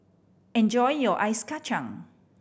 enjoy your Ice Kachang